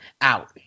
out